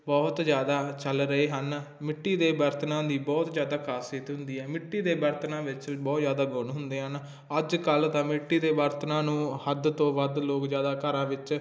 ਬਹੁਤ ਜ਼ਿਆਦਾ ਚੱਲ ਰਹੇ ਹਨ ਮਿੱਟੀ ਦੇ ਬਰਤਨਾਂ ਦੀ ਬਹੁਤ ਜ਼ਿਆਦਾ ਖਾਸੀਅਤ ਹੁੰਦੀ ਹੈ ਮਿੱਟੀ ਦੇ ਬਰਤਨਾਂ ਵਿੱਚ ਬਹੁਤ ਜ਼ਿਆਦਾ ਗੁਣ ਹੁੰਦੇ ਹਨ ਅੱਜ ਕੱਲ੍ਹ ਤਾਂ ਮਿੱਟੀ ਦੇ ਬਰਤਨਾਂ ਨੂੰ ਹੱਦ ਤੋਂ ਵੱਧ ਲੋਕ ਜ਼ਿਆਦਾ ਘਰਾਂ ਵਿੱਚ